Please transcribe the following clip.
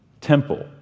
temple